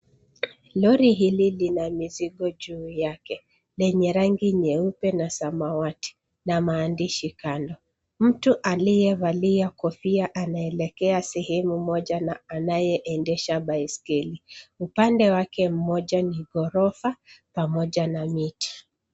Lori hili lina mizigo juu yake lenye rangi nyeupe na samawati na maandishi kando. Mtu aliyevalia kofia anaelekea sehemu moja na anayeendesha baiskeli. Upande wake mmoja ni ghorofa pamoja na miti.